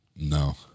No